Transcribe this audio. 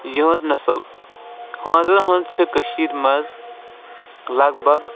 یِہنز نَسٕل ہٲنزن ہٕنز چھِ کٔشیٖر منٛز لگ بگ